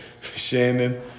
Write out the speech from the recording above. Shannon